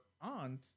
aunt